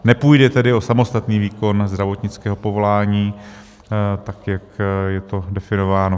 Nepůjde tedy o samostatný výkon zdravotnického povolání, tak jak je to definováno.